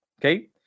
Okay